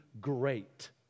great